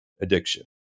addiction